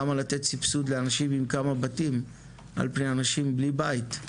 למה לתת סבסוד לאנשים עם כמה בתים על פני אנשים בלי בית?